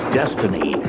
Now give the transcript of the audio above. destiny